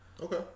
okay